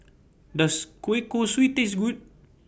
Does Kueh Kosui Taste Good